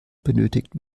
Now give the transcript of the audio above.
benötigt